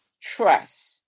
trust